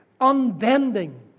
unbending